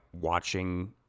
watching